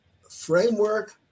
framework